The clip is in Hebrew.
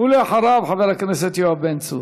ואחריו, חבר הכנסת יואב בן צור.